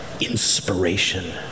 inspiration